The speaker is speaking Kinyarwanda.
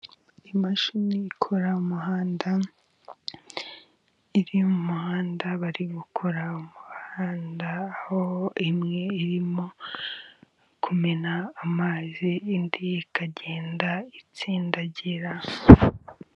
Imashini ikora umuhanda, iri mu muhanda bari gukora umuhanda aho imwe irimo kumena amazi, indi ikagenda itsindagira.